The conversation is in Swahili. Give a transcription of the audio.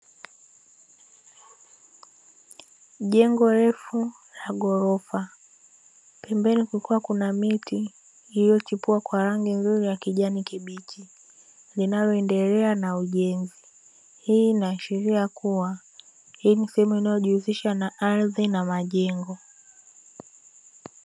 Jengo refu la ghorofa, pembeni kukiwa kuna miti iliyochipua vizuri kwa rangi ya kijani kibichi, linaloendelea na ujenzi. Hii inaashiria kuwa hii ni sehemu inayojihusisha na ardhi na majengo.